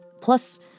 Plus